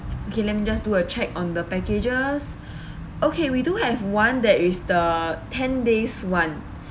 okay let me just do a check on the packages okay we do have one that is the ten days [one]